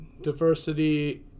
Diversity